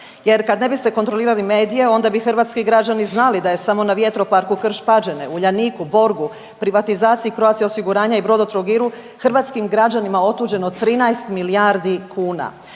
jer kada ne biste kontrolirali medije onda bi hrvatski građani znali da je samo na vjetroparku Krš-Pađene, Uljaniku, Borgu, privatizaciji Croatia osiguranja i Brodotrogiru hrvatskim građanima otuđeno 13 milijardi kuna.